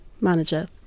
manager